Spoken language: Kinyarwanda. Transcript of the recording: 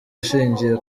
ishingiye